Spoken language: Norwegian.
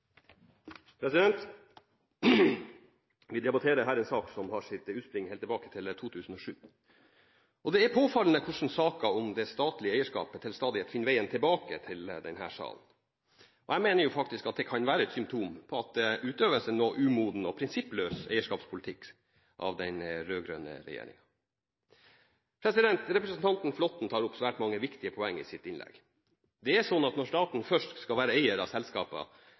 sak som har sitt utspring helt tilbake til 2007. Det er påfallende hvordan saker om det statlige eierskapet til stadighet finner veien tilbake til denne salen. Jeg mener det kan være et symptom på at det utøves en noe umoden og prinsippløs eierskapspolitikk av den rød-grønne regjeringen. Representanten Flåtten tar opp svært mange viktige poenger i sitt innlegg. Det er sånn at når staten først skal være eier av